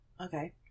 Okay